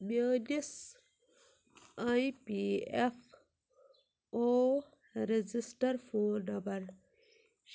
میٛٲنِس E P F O register phone number